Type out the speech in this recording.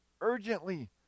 urgently